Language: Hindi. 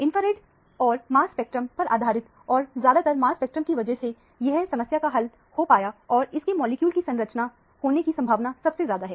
इंफ्रारेड और मांस स्पेक्ट्रम पर आधारित और ज्यादातर मास स्पेक्ट्रम की वजह से यह समस्या का हल हो पाया और इसके मॉलिक्यूल की संरचना होने की संभावना सबसे ज्यादा है